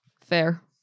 Fair